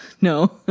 No